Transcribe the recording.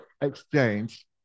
exchange